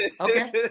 Okay